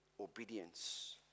obedience